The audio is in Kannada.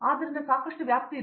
ಆದ್ದರಿಂದ ಸಾಕಷ್ಟು ವ್ಯಾಪ್ತಿ ಇದೆ